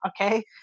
Okay